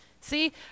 See